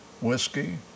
whiskey